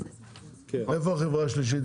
איפה החברה השלישית?